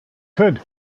could